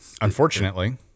Unfortunately